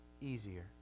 easier